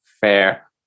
fair